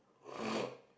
no no